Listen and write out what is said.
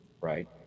right